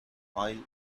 oil